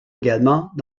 également